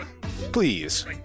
please